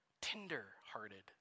tender-hearted